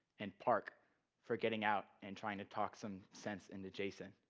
and park for getting out and trying to talk some sense into jason.